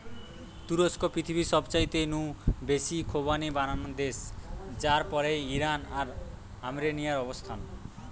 তুরস্ক পৃথিবীর সবচাইতে নু বেশি খোবানি বানানা দেশ যার পরেই ইরান আর আর্মেনিয়ার অবস্থান